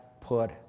put